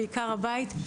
ועיקר הבית.